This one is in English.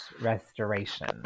restoration